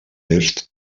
est